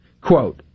Quote